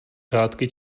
řádky